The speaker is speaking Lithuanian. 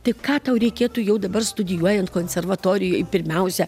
tik ką tau reikėtų jau dabar studijuojant konservatorijoj pirmiausia